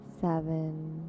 seven